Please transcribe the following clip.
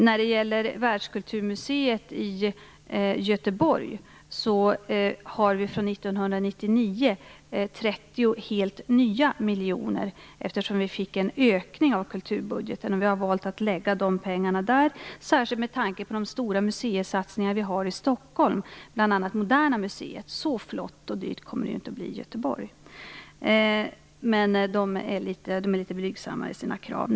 När det gäller världskulturmuseet i Göteborg har vi 30 helt nya miljoner från 1999, eftersom vi fick en ökning av kulturbudgeten. Vi har valt att lägga de pengarna där särskilt med tanke på de stora museisatsningarna i Stockholm, bl.a. Moderna museet. Så flott och dyrt kommer det inte att bli i Göteborg - där är man litet blygsammare i sina krav.